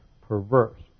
perverse